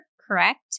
correct